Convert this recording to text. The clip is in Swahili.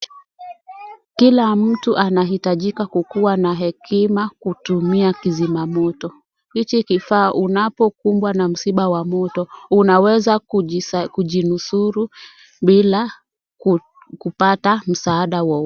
Kila mtu anahitajika kukuwa na hekima kutumia kizima moto. Hiki kifaa unapokumbwa na msiba wa moto unaweza kujinusuru bila kupata msaada wowote.